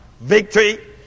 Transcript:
victory